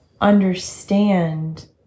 understand